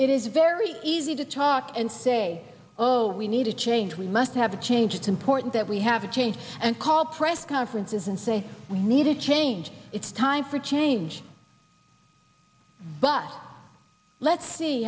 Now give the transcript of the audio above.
it is very easy to talk and say oh we need a change we must have a change it's important that we have a change and call press conferences and say we need a change it's time for change but let's see